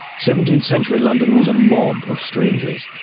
seventeenth century london was a mob of strangers.